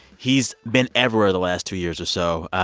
he's been everywhere the last two years or so.